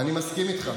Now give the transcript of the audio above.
אני מסכים איתך.